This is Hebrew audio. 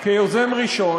כיוזם ראשון,